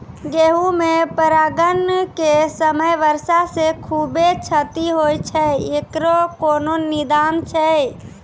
गेहूँ मे परागण के समय वर्षा से खुबे क्षति होय छैय इकरो कोनो निदान छै?